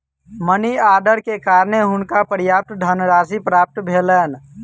money order के कारणें हुनका पर्याप्त धनराशि प्राप्त भेलैन